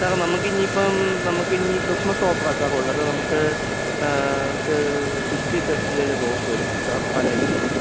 സാറെ നമുക്കിനി ഇപ്പം നമുക്കിനി ക്രിസ്മസ് ഓഫറാ സാർ ഉള്ളത് നമുക്ക് നമുക്ക് ഫിഫ്റ്റി പെർസെൻ്റേജ് ഒക്കെ ഓഫ് വരുന്നുണ്ട് സാർ പല ഐറ്റമിൽ